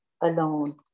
alone